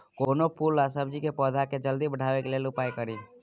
कोनो फूल आ सब्जी के पौधा के जल्दी बढ़ाबै लेल केना उपाय खरी?